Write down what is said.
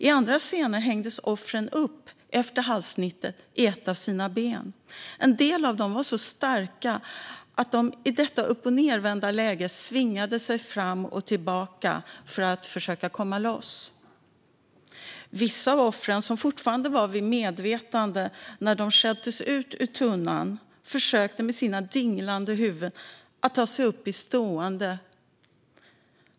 I andra scener hängdes offren upp i ett av sina ben efter halssnittet. En del av dem var så starka att de i detta uppochnedvända läge svingade sig fram och tillbaka för att försöka komma loss. Vissa av offren, som fortfarande var vid medvetande när de stjälptes ut ur tunnan, försökte med sina dinglande huvuden att ta sig upp till stående.